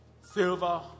Silver